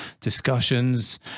discussions